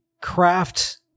craft